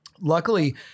luckily